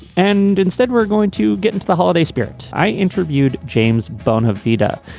and instead, we're going to get into the holiday spirit. i interviewed james bone of but